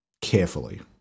carefully